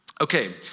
Okay